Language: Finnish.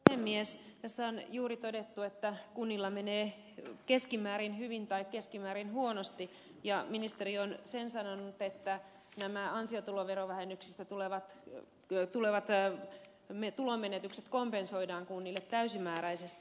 tässä on juuri todettu että kunnilla menee keskimäärin hyvin tai keskimäärin huonosti ja ministeri on sen sanonut että nämä ansiotuloveron vähennyksistä tulevat tulonmenetykset kompensoidaan kunnille täysimääräisesti